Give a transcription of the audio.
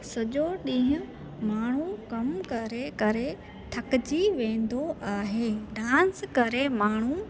सॼो डींहुं माण्हू कमु करे करे थकिजी वेंदो आहे डांस करे माण्हू